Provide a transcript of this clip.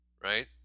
right